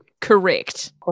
Correct